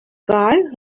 guy